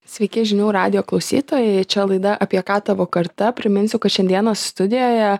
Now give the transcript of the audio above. sveiki žinių radijo klausytojai čia laida apie ką tavo karta priminsiu kad šiandieną studijoje